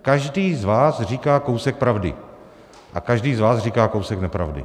Každý z vás říká kousek pravdy a každý z vás říká kousek nepravdy.